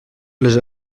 les